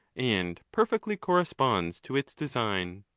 and perfectly corresponds to its design.